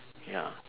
ya